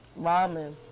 Ramen